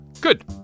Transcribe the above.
Good